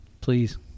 please